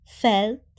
felt